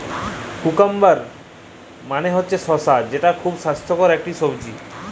cucumber মালে হছে শসা যেট খুব স্বাস্থ্যকর ইকট সবজি